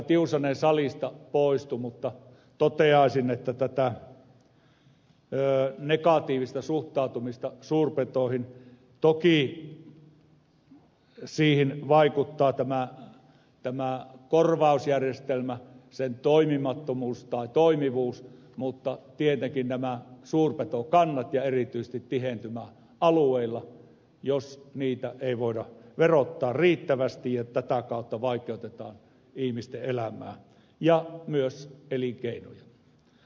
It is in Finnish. tiusanen salista poistui mutta toteaisin että tähän negatiiviseen suhtautumiseen suurpetoihin toki vaikuttaa tämä korvausjärjestelmä sen toimimattomuus tai toimivuus mutta tietenkin nämä suurpetokannat ja erityisesti tihentymä alueilla jos niitä ei voida verottaa riittävästi ja tätä kautta vaikeutetaan ihmisten elämää ja myös elinkeinoja